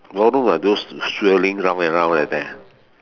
ballroom like those swirling round and round like that ah